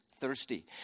thirsty